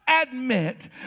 admit